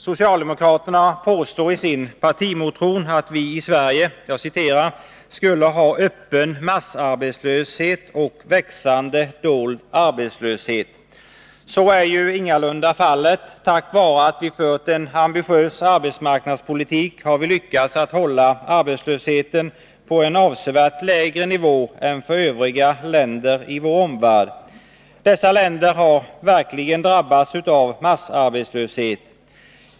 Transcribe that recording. Socialdemokraterna påstår i sin partimotion att vi i Sverige ”skulle ha öppen massarbetslöshet och växande dold arbetslöshet”. Så är ju ingalunda fallet. Tack vare att Sverige fört en ambitiös arbetsmarknadspolitik har Sverige lyckats att hålla arbetslösheten på en avsevärt lägre nivå än övriga länder i vår omvärld. Dessa länder har verkligen drabbats av massarbetslöshet.